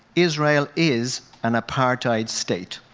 israel is an apartheid state,